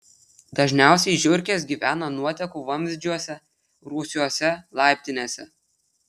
dažniausiai žiurkės gyvena nuotekų vamzdžiuose rūsiuose laiptinėse